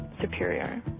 superior